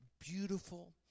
beautiful